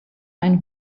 ein